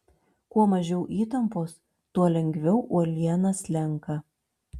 kuo mažiau įtampos tuo lengviau uoliena slenka